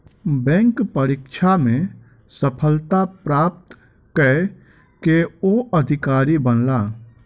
bank परीक्षा में सफलता प्राप्त कय के ओ अधिकारी बनला